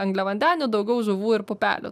angliavandenių daugiau žuvų ir pupelių